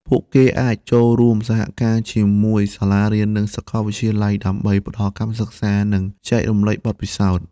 ពួកគេអាចចូលរួមសហការជាមួយសាលារៀននិងសាកលវិទ្យាល័យដើម្បីផ្តល់កម្មសិក្សា និងចែករំលែកបទពិសោធន៍។